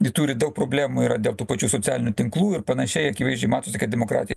ji turi daug problemų dėl tų pačių socialinių tinklų ir panašiai akivaizdžiai matosi kad demokratija